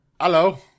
Hello